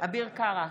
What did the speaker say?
אביר קארה,